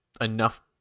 enough